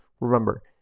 Remember